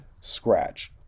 scratch